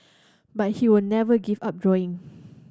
but he will never give up drawing